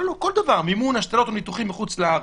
לא, כל דבר מימון השתלות, ניתוחים בחו"ל,